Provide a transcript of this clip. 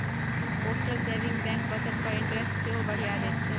postal saving bank बचत पर interest सेहो बढ़ियाँ दैत छै